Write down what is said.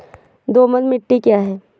दोमट मिट्टी क्या होती हैं?